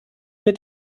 mit